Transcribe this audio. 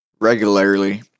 regularly